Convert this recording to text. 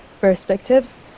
perspectives